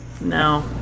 No